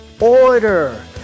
order